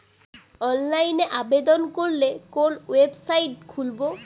অনলাইনে আবেদন করলে কোন ওয়েবসাইট খুলব?